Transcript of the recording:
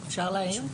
אפשר להעיר?